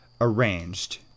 arranged